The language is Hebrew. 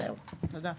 תודה.